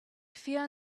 fear